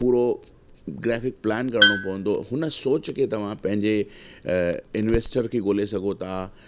पूरो graphic plan करिणो पवंदो हुन सोच खे तव्हां पंहिंजे इन्वेस्टर खे ॻोले सघो था